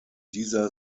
dieser